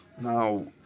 Now